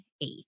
Eight